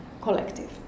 collective